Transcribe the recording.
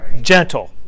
gentle